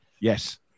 yes